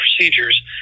procedures